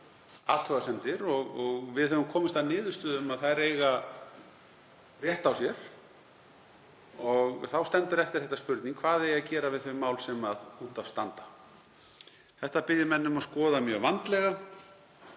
athugasemdir og við höfum komist að niðurstöðu um að þær eigi rétt á sér. Þá stendur eftir spurningin hvað eigi að gera við þau mál sem út af standa. Þetta bið ég menn um að skoða mjög vandlega.